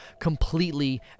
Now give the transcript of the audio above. completely